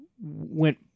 went